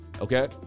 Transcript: okay